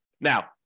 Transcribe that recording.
Now